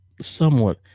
Somewhat